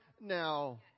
now